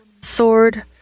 sword